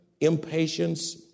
impatience